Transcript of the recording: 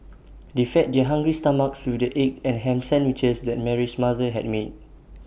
they fed their hungry stomachs with the egg and Ham Sandwiches that Mary's mother had made